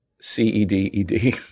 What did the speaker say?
C-E-D-E-D